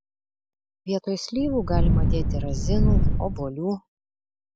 vietoj slyvų galima dėti razinų obuolių